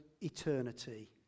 eternity